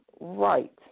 Right